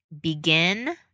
Begin